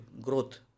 growth